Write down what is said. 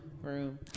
room